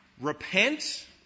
repent